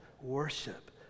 worship